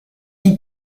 die